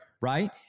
Right